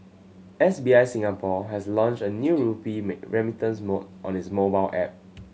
S B I Singapore has launched a new rupee remittance mode on its mobile app